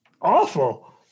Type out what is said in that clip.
awful